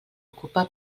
ocupa